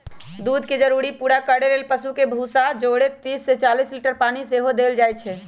दूध के जरूरी पूरा करे लेल पशु के भूसा जौरे तीस से चालीस लीटर पानी सेहो देल जाय